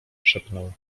szepnął